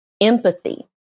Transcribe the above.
empathy